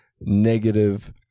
negative